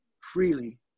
freely